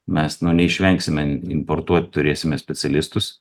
mes nu neišvengsime importuot turėsime specialistus